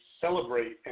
celebrate